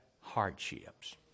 hardships